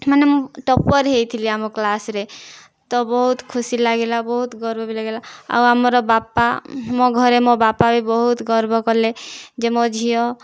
ମାନେ ମୁଁ ଟପ୍ପର ହୋଇଥିଲି ଆମ କ୍ଲାସ୍ରେ ତ ବହୁତ ଖୁସି ଲାଗିଲା ବହୁତ ଗର୍ବ ବି ଲାଗିଲା ଆଉ ଆମର ବାପା ମୋ ଘରେ ମୋ ବାପା ବି ବହୁତ ଗର୍ବ କଲେ ଯେ ମୋ ଝିଅ